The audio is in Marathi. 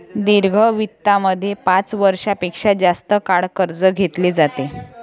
दीर्घ वित्तामध्ये पाच वर्षां पेक्षा जास्त काळ कर्ज घेतले जाते